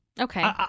okay